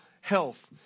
health